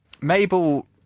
Mabel